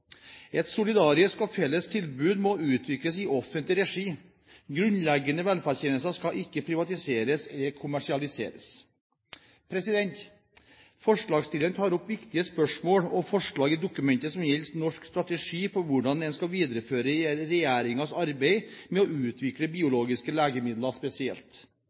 Et solidarisk og felles tilbud må utvikles i offentlig regi. Grunnleggende velferdstjenester skal ikke privatiseres eller kommersialiseres. Forslagsstillerne tar opp viktige spørsmål og forslag i dokumentet som gjelder norsk strategi om hvordan man skal videreføre regjeringens arbeid med å utvikle biologiske legemidler spesielt.